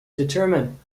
determine